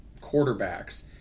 quarterbacks